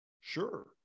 sure